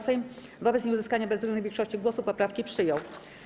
Sejm wobec nieuzyskania bezwzględnej większości głosów poprawki przyjął.